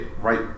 right